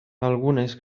algunes